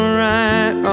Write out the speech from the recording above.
right